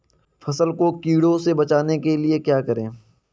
फसल को कीड़ों से बचाने के लिए क्या करें?